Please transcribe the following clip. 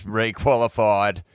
re-qualified